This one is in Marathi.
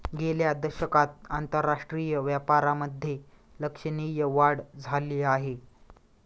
गेल्या दशकात आंतरराष्ट्रीय व्यापारामधे लक्षणीय वाढ झाली आहे